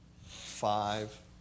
five